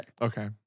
Okay